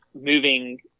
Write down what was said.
moving